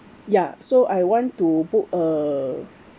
ya so I want to book a